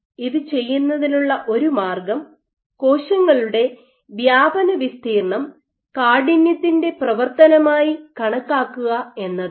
ഇത് ചെയ്യുന്നതിനുള്ള ഒരു മാർഗ്ഗം കോശങ്ങളുടെ വ്യാപന വിസ്തീർണ്ണം കാഠിന്യത്തിന്റെ പ്രവർത്തനമായി കണക്കാക്കുക എന്നതാണ്